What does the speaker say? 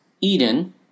Eden